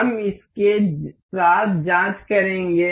हम इसके साथ जांच करेंगे